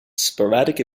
sporadic